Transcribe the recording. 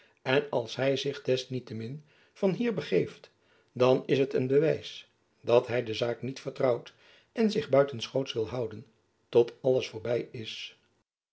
en als hy zich des niet te min van hier begeeft dan is het een bewijs dat hy de zaak niet vertrouwt en zich buiten schoots wil houden tot alles voorby is